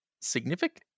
significant